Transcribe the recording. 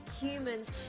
humans